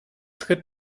tritt